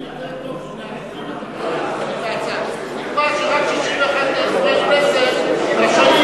מכיוון שרק 61 חברי כנסת רשאים